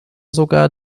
sogar